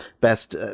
best